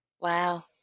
Wow